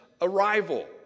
arrival